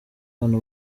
bana